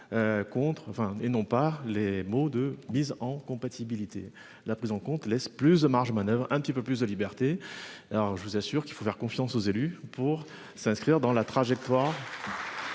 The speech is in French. et non par les mots de mise en compatibilité la prise en compte laisse plus de marge manoeuvre un petit peu plus de liberté. Alors, je vous assure qu'il faut faire confiance aux élus pour s'inscrire dans la tragédie.